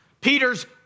Peter's